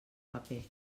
paper